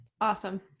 Awesome